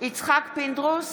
יצחק פינדרוס,